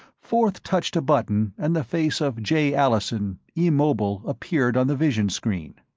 forth touched a button and the face of jay allison, immobile, appeared on the visionscreen.